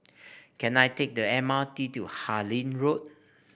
can I take the M R T to Harlyn Road